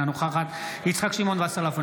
אינה נוכחת יצחק שמעון וסרלאוף,